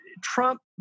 Trump